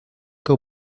que